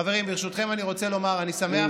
חברים, ברשותכם אני רוצה לומר, אני שמח,